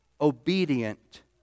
Obedient